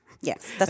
yes